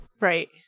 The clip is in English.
Right